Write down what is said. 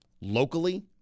Locally